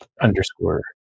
underscore